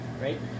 right